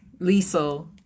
Liesel